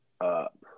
up